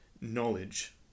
knowledge